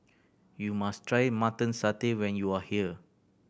you must try Mutton Satay when you are here